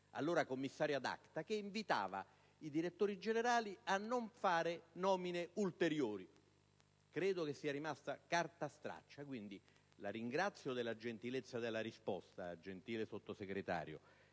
allora commissario *ad acta*, che invitava i direttori generali a non fare nomine ulteriori: credo sia rimasta carta straccia. La ringrazio quindi per la cortesia della sua risposta, gentile Sottosegretario,